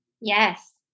Yes